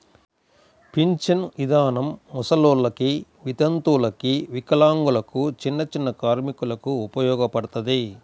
పింఛను ఇదానం ముసలోల్లకి, వితంతువులకు, వికలాంగులకు, చిన్నచిన్న కార్మికులకు ఉపయోగపడతది